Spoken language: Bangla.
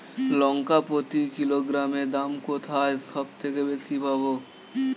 লঙ্কা প্রতি কিলোগ্রামে দাম কোথায় সব থেকে বেশি পাব?